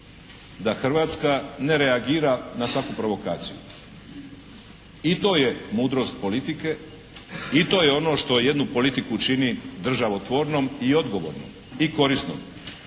da Hrvatska ne reagira na svaku provokaciju. I to je mudrost politike, i to je ono što jednu politiku čini državotvornom i odgovornom i korisnom.